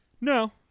No